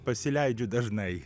pasileidžiu dažnai